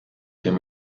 dem